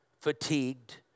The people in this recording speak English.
fatigued